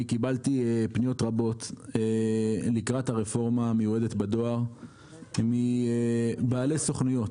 קיבלתי פניות רבות לקראת הרפורמה המיועדת בדואר מבעלי סוכנויות.